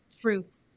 truth